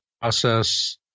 process